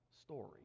story